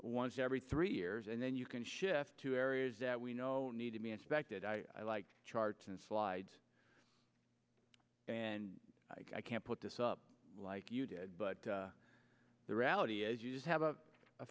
once every three years and then you can shift to areas that we know need to be inspected i like charts and slides and i can put this up like you did but the reality is you have a